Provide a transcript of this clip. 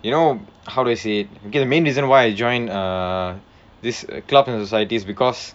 you know how do I say it okay the main reason why I join err this clubs and societies is because